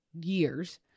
years